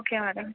okay madam